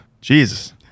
Jesus